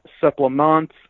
supplements